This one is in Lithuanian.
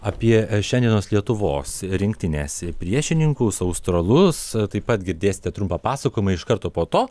apie šiandienos lietuvos rinktinės priešininkus australus taip pat girdėsite trumpą pasakojimą iš karto po to